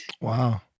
Wow